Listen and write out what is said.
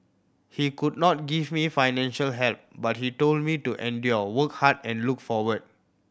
he could not give me financial help but he told me to endure work hard and look forward